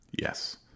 yes